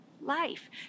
Life